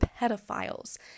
pedophiles